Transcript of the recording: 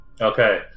Okay